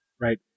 right